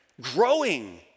growing